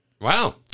Wow